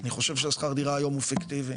אני חושב ששכר הדירה היום הוא פיקטיבי.